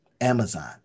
Amazon